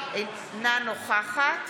אינה נוכחת